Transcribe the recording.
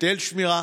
היטל שמירה.